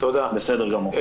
בסדר גמור.